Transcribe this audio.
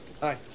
Hi